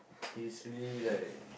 he's really like